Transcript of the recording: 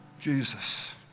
Jesus